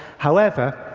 however,